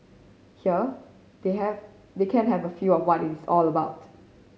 here they have they can have a feel of what it's all about